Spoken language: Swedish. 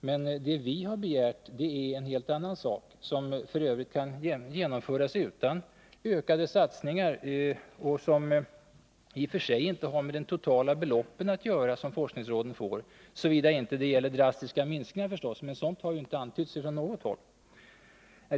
Men det vi har begärt är en helt annan sak, som f. ö. kan genomföras utan ökade satsningar och som i och för sig inte har med det totala belopp som forskningsråden får att göra — såvida det inte gäller drastiska minskningar förstås, men något sådant har ju inte antytts från något håll.